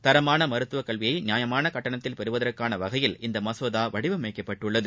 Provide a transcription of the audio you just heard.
தரமான மருத்துவ கல்வியை நியாயமான கட்டணத்தில் பெறுவதற்கான வகையில் இந்த மசோதா வடிவமைக்கப்பட்டுள்ளது